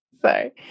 Sorry